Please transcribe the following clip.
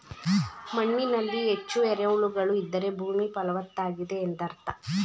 ಮಣ್ಣಿನಲ್ಲಿ ಹೆಚ್ಚು ಎರೆಹುಳುಗಳು ಇದ್ದರೆ ಭೂಮಿ ಫಲವತ್ತಾಗಿದೆ ಎಂದರ್ಥ